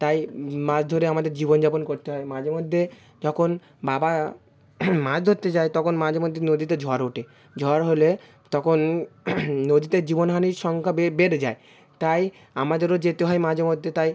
তাই মাছ ধরে আমাদের জীবনযাপন করতে হয় মাঝে মধ্যে যখন বাবা মাছ ধরতে যায় তখন মাঝে মধ্যে নদীতে ঝড় ওটে ঝড় হলে তখন নদীতে জীবনহানির শঙ্কা বেড়ে যায় তাই আমাদেরও যেতে হয় মাঝে মধ্যে তাই